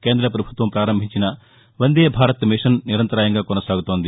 కేంద్ర ప్రభుత్వం ప్రారంభించిన వందేభారత్ మిషన్ నిరంతరాయంగా కొనసాగుతోంది